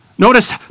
Notice